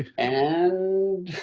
and